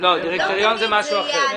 דירקטוריון זה משהו אחר.